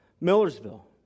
Millersville